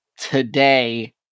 today